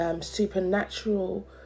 supernatural